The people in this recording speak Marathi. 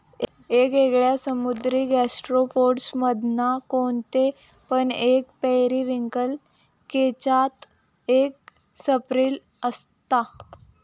येगयेगळे समुद्री गैस्ट्रोपोड्स मधना कोणते पण एक पेरिविंकल केच्यात एक सर्पिल असता